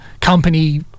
company